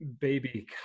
baby